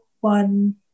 one